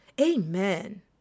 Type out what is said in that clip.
Amen